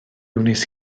wnes